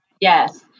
Yes